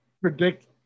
predict